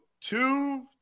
two